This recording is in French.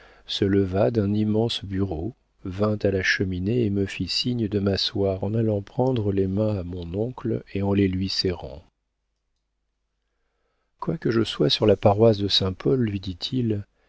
se leva d'un immense bureau vint à la cheminée et me fit signe de m'asseoir en allant prendre les mains à mon oncle et en les lui serrant quoique je sois sur la paroisse de saint-paul lui dit-il